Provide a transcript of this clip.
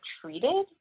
treated